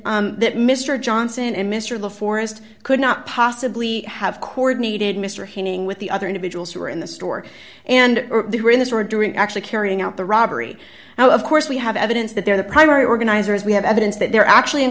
that that mr johnson and mr the forest could not possibly have coordinated mr henning with the other individuals who were in the store and they were in this were during actually carrying out the robbery now of course we have evidence that they're the primary organizers we have evidence that they're actually in